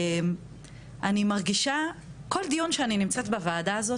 אני מרגישה כל דיון שאני נמצאת בוועדה הזאת,